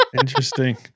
Interesting